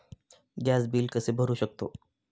Gas bill कसे भरू शकतो?